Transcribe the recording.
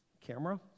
camera